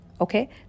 Okay